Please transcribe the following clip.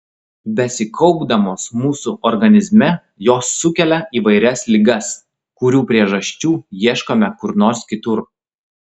besikaupdamos mūsų organizme jos sukelia įvairias ligas kurių priežasčių ieškome kur nors kitur